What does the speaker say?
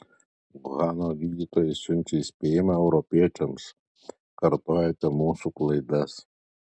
uhano gydytojai siunčia įspėjimą europiečiams kartojate mūsų klaidas